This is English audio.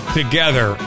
together